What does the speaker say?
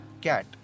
Cat